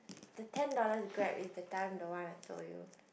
the ten dollars Grab is that time the one I told you